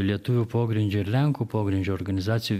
lietuvių pogrindžio ir lenkų pogrindžio organizacijų